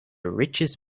richest